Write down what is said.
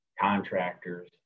contractors